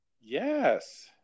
Yes